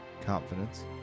confidence